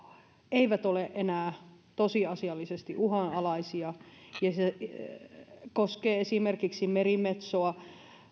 eivät ole enää tosiasiallisesti uhanalaisia se koskee esimerkiksi merimetsoa